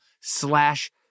slash